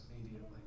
immediately